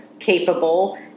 Capable